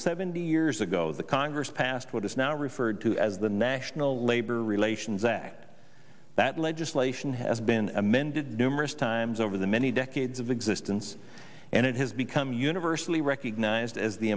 seventy years ago the congress passed what is now referred to as the national labor relations act that legislation has been amended numerous times over the many decades of existence and it has become universally recognized as the